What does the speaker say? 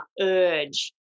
urge